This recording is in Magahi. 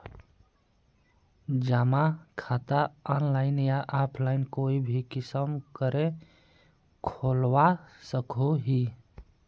जमा खाता ऑनलाइन या ऑफलाइन कोई भी किसम करे खोलवा सकोहो ही?